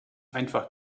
einfach